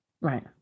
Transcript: Right